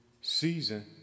season